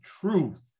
truth